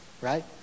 right